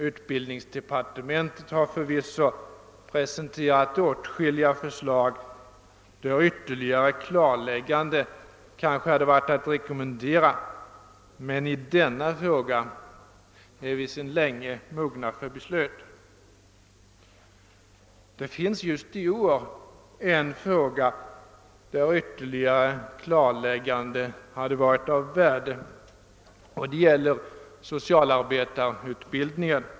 Utbildningsdepartementet har förvisso presenterat åtskilliga förslag, till vilka ytterligare klarlägganden kanske hade varit att rekommendera, men i denna fråga är vi sedan länge mogna för beslut. En fråga där det just i år hade varit av värde med ytterligare klarlägganden är mellertid socialarbetarutbildningen.